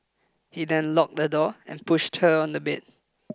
he then locked the door and pushed her on the bed